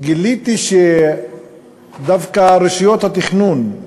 גיליתי שדווקא רשויות התכנון,